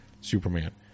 Superman